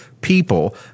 people